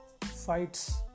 fights